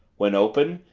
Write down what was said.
when open,